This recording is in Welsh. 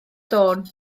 dôn